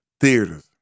theaters